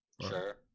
Sure